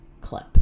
clip